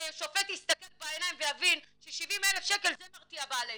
ששופט יסתכל בעיניים ויבין ש-70,000 זה מרתיע בעל עסק.